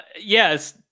yes